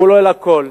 כולל הכול.